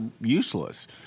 useless